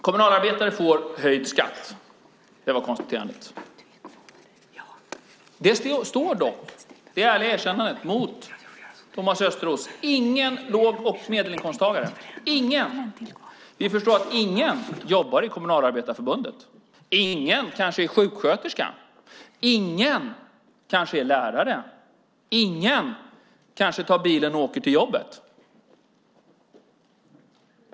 Kommunalarbetare får höjd skatt - det var konstaterandet. Det ärliga erkännandet står dock mot Thomas Östros som sade att ingen låg och medelinkomsttagare får höjd skatt. Vi förstår att "ingen" jobbar i Kommunalarbetarförbundet. "Ingen" kanske är sjuksköterska. "Ingen" kanske är lärare. "Ingen" kanske tar bilen till jobbet.